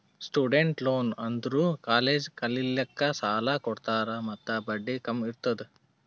student loan ಅಂದುರ್ college ಕಲಿಲ್ಲಾಕ್ಕ್ ಸಾಲ ಕೊಡ್ತಾರ ಮತ್ತ ಬಡ್ಡಿ ಕಮ್ ಇರ್ತುದ್